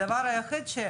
הדבר היחיד,